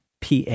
pa